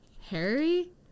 harry